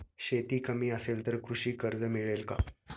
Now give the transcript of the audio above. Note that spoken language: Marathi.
शेती कमी असेल तर कृषी कर्ज मिळेल का?